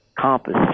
compass